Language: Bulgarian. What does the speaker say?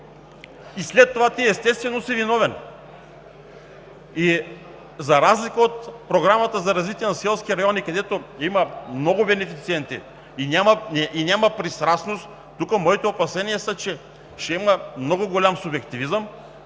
след това ти си виновен. За разлика от Програмата за развитие на селските райони, където има много бенефициенти и няма пристрастност, моите опасения са, че тук ще има много голям субективизъм.